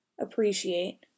appreciate